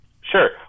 Sure